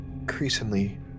increasingly